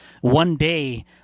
one-day